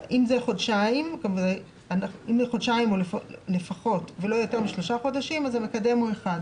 חודשיים לפחות ולא יותר משלושה חודשים - 1.